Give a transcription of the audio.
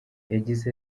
yagize